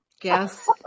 Guess